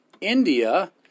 India